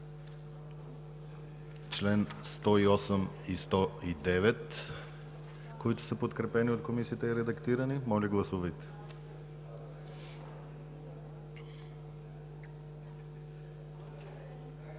чл. 108 и 109, които са подкрепени от Комисията и редактирани. Моля, гласувайте.